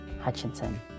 Hutchinson